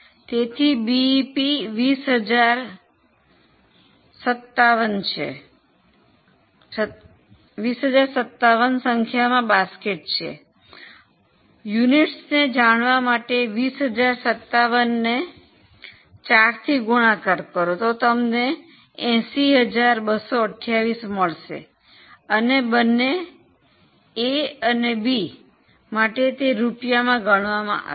તેથી બીઇપી 20057 સંખ્યામાં બાસ્કેટ છે એકમોમાં જાણવા માટે 20057 ને 4 થી ગુણાકાર કરો તમને 80228 મેળવશો અને બંને એ અને બી માટે તે રૂપિયામાં ગણવામાં આવે છે